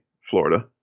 Florida